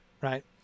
right